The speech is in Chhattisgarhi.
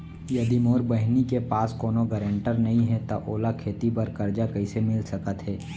यदि मोर बहिनी के पास कोनो गरेंटेटर नई हे त ओला खेती बर कर्जा कईसे मिल सकत हे?